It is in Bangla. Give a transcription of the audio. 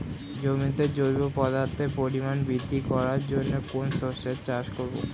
জমিতে জৈব পদার্থের পরিমাণ বৃদ্ধি করার জন্য কোন শস্যের চাষ করবো?